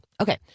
Okay